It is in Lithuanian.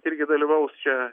irgi dalyvaus čia